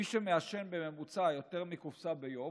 מי שמעשן בממוצע יותר מקופסה ביום,